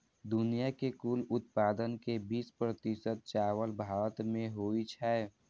दुनिया के कुल उत्पादन के बीस प्रतिशत चावल भारत मे होइ छै